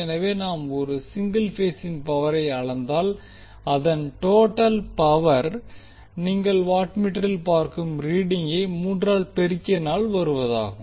எனவே நாம் ஒரு சிங்கிள் பேசின் பவரை அளந்தால் அதன் டோட்டல் பவர் நீங்கள் வாட் மீட்டரில் பார்க்கும் ரீடிங்கை மூன்றால் பெருக்கினால் வருவதாகும்